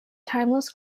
timeless